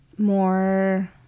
More